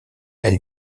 elle